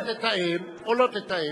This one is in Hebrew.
אתה תתאם או לא תתאם.